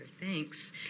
thanks